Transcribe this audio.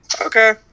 Okay